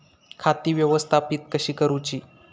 खाती व्यवस्थापित कशी करूची?